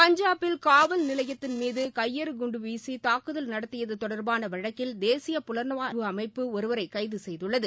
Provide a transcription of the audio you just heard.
பஞ்சாப்பில் காவல் நிலையத்தின் மீது கையெறி குண்டுவீசி தாக்குதல் நடத்தியது தொடர்பாள வழக்கில் தேசிய புலனாய்வு அமைப்பு ஒருவரை கைது செய்துள்ளது